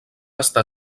estar